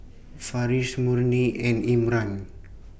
Farish Murni and Imran